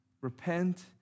repent